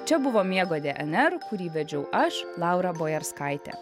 čia buvo miego dnr kurį vedžiau aš laura bojarskaitė